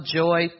joy